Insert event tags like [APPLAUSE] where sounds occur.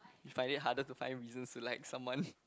you find it harder to find reasons to like someone [BREATH]